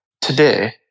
today